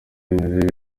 bimeze